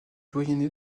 doyenné